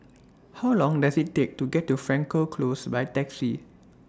How Long Does IT Take to get to Frankel Close By Taxi